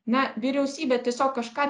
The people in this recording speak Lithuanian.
na vyriausybė tiesiog kažką